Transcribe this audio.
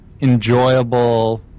enjoyable